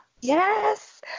Yes